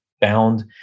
bound